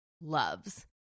loves